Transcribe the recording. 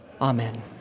Amen